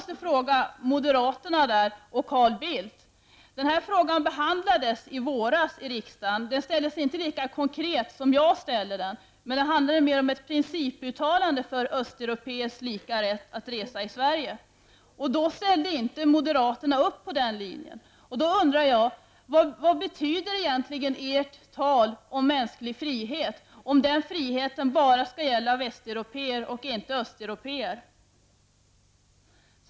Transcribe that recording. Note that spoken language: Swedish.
Den här frågan behandlades i våras i riksdagen. Den ställdes då inte lika konkret som jag ställer den nu. Det handlade mer om ett principuttalande för östeuropeérs lika rätt att resa i Sverige. Moderaterna ställde inte upp på den linjen. Jag skulle vilja fråga moderaterna och Carl Bildt: Vad betyder egentligen ert tal om mänsklig frihet, om den friheten bara skall gälla västeuropéer och inte östeuropéer?